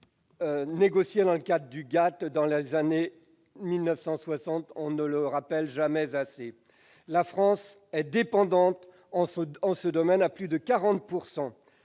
négociés dans le cadre du GATT dans les années 1960. On ne le répète jamais assez. La France est dépendante en ce domaine à plus de 40